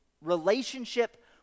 relationship